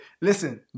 Listen